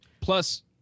Plus